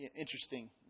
interesting